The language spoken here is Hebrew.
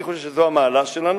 אני חושב שזו המעלה שלנו.